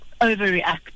overreact